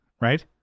right